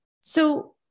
So-